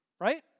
right